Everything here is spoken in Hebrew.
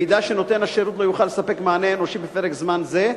אם נותן השירות לא יוכל לספק מענה אנושי בפרק זמן זה,